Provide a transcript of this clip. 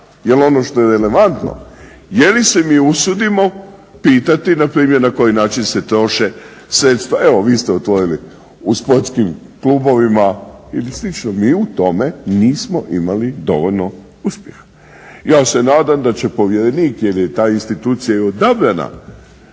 jer ono što je relevantno je li se mi usudimo pitati npr. na koji način se troše sredstva. Evo vi ste otvorili u sportskim klubovima ili slično, mi u tome nismo imali dovoljno uspjeha. Ja se nadam da će povjerenik jer je ta institucija i odabrana